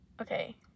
okay